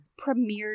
premiered